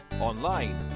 online